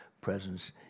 presence